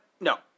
No